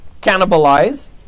cannibalize